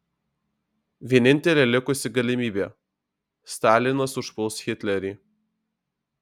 vienintelė likusi galimybė stalinas užpuls hitlerį